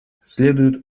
следует